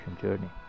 journey